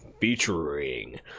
Featuring